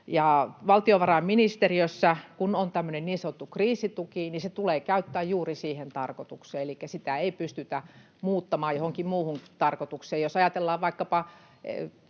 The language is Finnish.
Valtiovarainministeriössä kun on tämmöinen niin sanottu kriisituki, niin se tulee käyttää juuri siihen tarkoitukseen, elikkä sitä ei pystytä muuttamaan johonkin muuhun tarkoitukseen. Jos ajatellaan vaikkapa